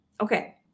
okay